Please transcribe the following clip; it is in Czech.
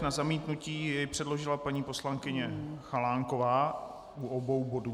Na zamítnutí jej předložila paní poslankyně Chalánková u obou bodů.